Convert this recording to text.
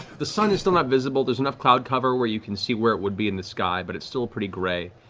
the sun is still not visible. there's enough cloud cover where you can see where it would be in the sky, but it's still pretty grey.